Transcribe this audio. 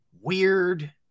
weird